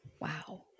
Wow